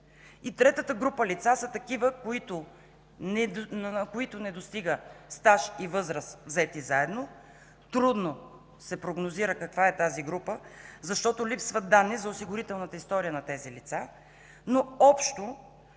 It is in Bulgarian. Третата група лица са такива, на които не достига стаж и възраст, взети заедно. Трудно се прогнозира каква е тази група, защото липсват данни за осигурителната история на тези лица, но общо